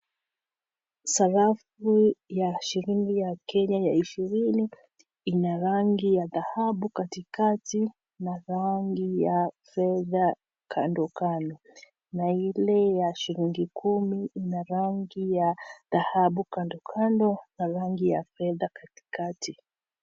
Sarafu ya shilingi ya Kenya ya ishirini ina rangi ya dhahabu katikati na rangi ya fedha kando kando na ile ya shilingi kumi ina rangi ya dhahabu kando kando na rangi ya fedha katikati.